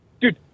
Dude